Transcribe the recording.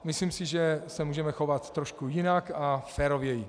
Myslím si, že se můžeme chovat trošku jinak a férověji.